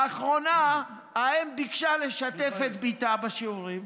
לאחרונה האם ביקשה לשתף את בתה בשיעורים,